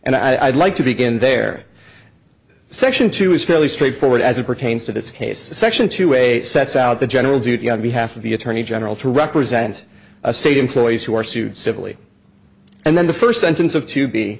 and i'd like to begin there section two is fairly straightforward as it pertains to this case section two a it sets out the general duty on behalf of the attorney general to represent a state employees who are sued civilly and then the first sentence of to be